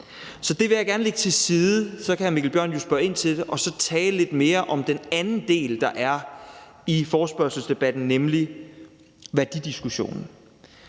Så det vil jeg gerne lægge til side – så kan hr. Mikkel Bjørn jo spørge ind til det – og så tale lidt mere om den anden del, der er i forespørgselsdebatten, nemlig værdidiskussionen.